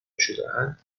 شدهاند